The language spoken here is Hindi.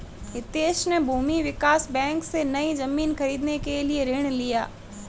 हितेश ने भूमि विकास बैंक से, नई जमीन खरीदने के लिए ऋण लिया